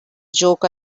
joke